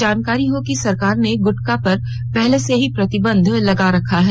जानकारी हो कि सरकार ने गुटका पर पहले से ही प्रतिबंध लगा रखा है